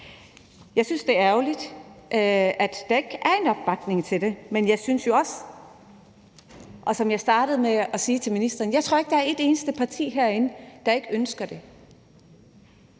Jeg synes, det er ærgerligt, at der ikke er en opbakning til det, og som jeg startede med at sige til ministeren: Jeg tror ikke, der er et eneste parti herinde, der ikke ønsker det.